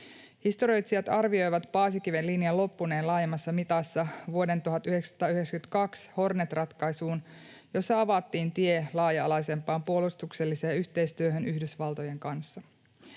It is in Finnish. Historioitsijat arvioivat Paasikiven linjan loppuneen laajemmassa mitassa vuoden 1992 Hornet-ratkaisuun, jossa avattiin tie laaja-alaisempaan puolustukselliseen yhteistyöhön Yhdysvaltojen kanssa.